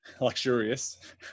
luxurious